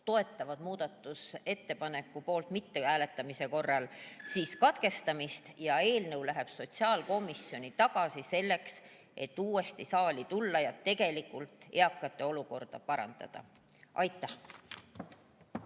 toetavad muudatusettepaneku poolt mittehääletamise korral katkestamist ja eelnõu läheb sotsiaalkomisjoni tagasi, et tulla uuesti saali [selleks], et tegelikult eakate olukorda parandada. Aitäh!